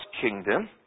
kingdom